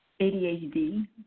ADHD